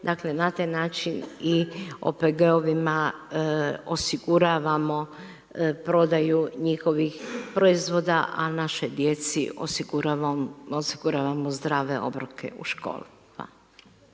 dakle na taj način i OPG-ovima osiguravamo prodaju njihovih proizvoda a našoj djeci osiguravamo zdrave obroke u školi.